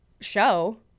show